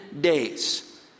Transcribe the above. days